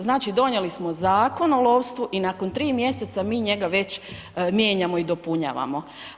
Znači donijeli smo Zakon o lovstvu i nakon 3 mj. mi njega već mijenjamo i dopunjavamo.